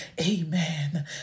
Amen